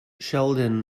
sheldon